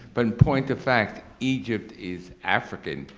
but in point of fact, egypt is african,